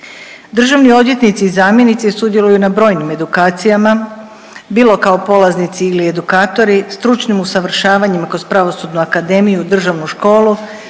Državni odvjetnici i zamjenici sudjeluju na brojnim edukacijama bilo kao polaznici ili edukatori stručnim usavršavanjem kroz Pravosudnu akademiju, Državnu školu,